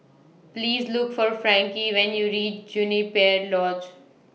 Please Look For Frankie when YOU REACH Juniper Lodge